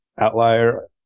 outlier